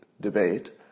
debate